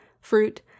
fruit